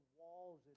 walls